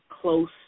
close